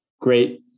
great